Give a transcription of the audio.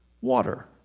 water